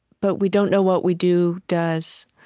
but we don't know what we do does.